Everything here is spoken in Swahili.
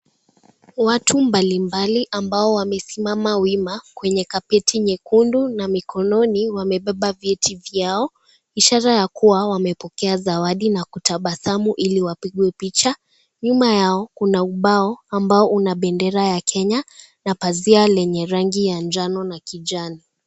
Watu mbalimbali ambao wamesimama kwenye kampeni nyekundu na mkononi wamebeba vyeti vyao ishara ya kuwa wamepokea zawadi na kutabasamuili wapigwe picha nyuma yao kuna ubao na bendera ya Kenya na pazia lenye rangi ya njano na kijani.